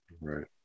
Right